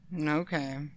Okay